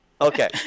Okay